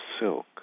silk